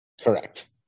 Correct